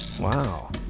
Wow